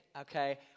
okay